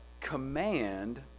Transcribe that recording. command